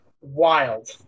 Wild